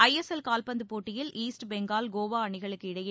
ஐ SL கால்பந்து போட்டியில் East Bengal Goa அணிகளுக்கு இடையே